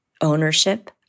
ownership